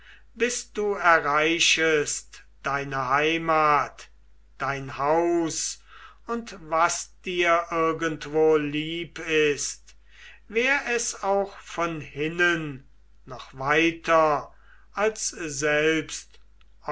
bis du erreichest deine heimat dein haus und was dir irgendwo lieb ist wär es auch von hinnen noch weiter als selbst